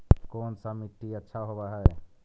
कोन सा मिट्टी अच्छा होबहय?